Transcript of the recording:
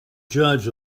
judge